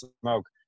smoke